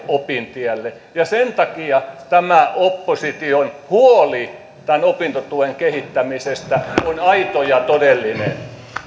opintielle ja sen takia tämä opposition huoli opintotuen kehittämisestä on aito ja todellinen